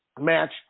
match